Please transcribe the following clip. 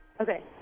Okay